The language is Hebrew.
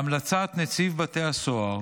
בהמלצת נציב בתי הסוהר